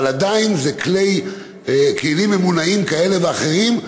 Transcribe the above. אבל עדיין לכלים ממונעים כאלה ואחרים,